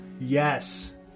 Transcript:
Yes